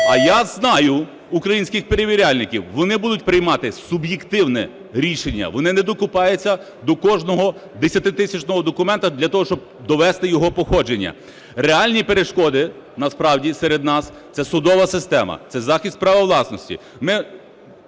А я знаю українських перевіряльників, вони будуть приймати суб'єктивне рішення, вони не докопаються до кожного десятитисячного документу для того, щоб довести його походження. Реальні перешкоди насправді серед нас це судова система, це захист права власності.